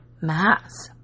mass